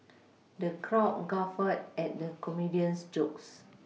the crowd guffawed at the comedian's jokes